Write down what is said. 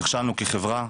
נכשלנו כחברה,